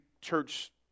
church